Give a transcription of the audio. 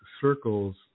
circles